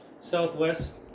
southwest